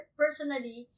personally